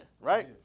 right